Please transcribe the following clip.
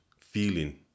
feeling